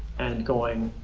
and going,